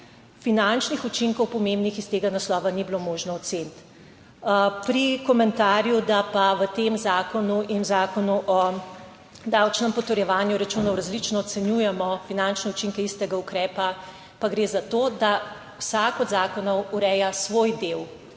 finančnih učinkov, pomembnih, iz tega naslova ni bilo možno oceniti. Pri komentarju, da pa v tem zakonu in Zakonu o davčnem potrjevanju računov različno ocenjujemo finančne učinke istega ukrepa, pa gre za to, da vsak od zakonov ureja svoj del